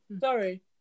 Sorry